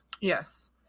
yes